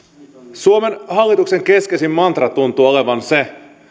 suomen hallituksen keskeisin mantra tuntuu olevan se